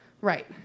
Right